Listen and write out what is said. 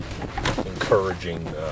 encouraging